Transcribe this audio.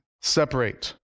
separate